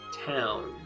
town